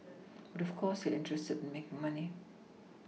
but of course they are interested in making money